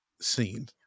scene